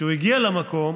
כשהוא הגיע למקום